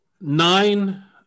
Nine